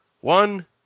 one